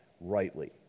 rightly